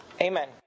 Amen